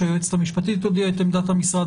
שהיועצת המשפטית תודיע את עמדת המשרד.